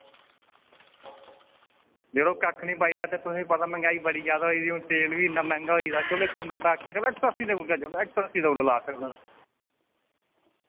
यरो कक्ख नेईं बचदा ते तुसें पता मंगाई बड़ी ज्यादा होई दी हुन तेल बी इन्ना मैहंगा होई दा चलो इक सौ नब्बै आक्खिड़ेआ वा इक सौ अस्सी देऊड़गा चलो इक सौ अस्सी देऊड़ेओ लास्ट